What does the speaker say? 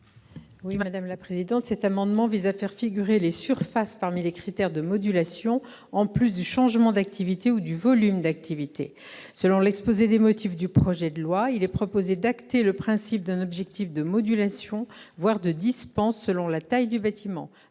. Le présent amendement vise à faire figurer les surfaces parmi les critères de modulation, en plus du changement d'activité ou du volume d'activité. Selon l'exposé des motifs du présent projet de loi, « il est proposé d'acter le principe d'un objectif de modulation voire de dispense selon la taille du bâtiment,